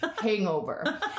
hangover